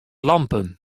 lampen